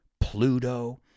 Pluto